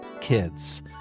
kids